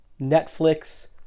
Netflix